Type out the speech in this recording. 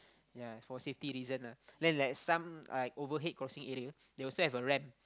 yea it's for safety reason lah then like some like overhead crossing area they also have a ramp